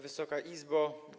Wysoka Izbo!